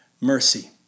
mercy